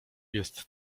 jest